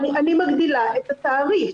אני מגדילה את התעריף.